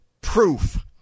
proof